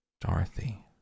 Dorothy